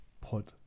put